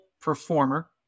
performer